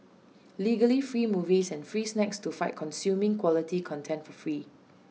legally free movies and free snacks to fight consuming quality content for free